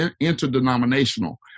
interdenominational